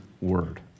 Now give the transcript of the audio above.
word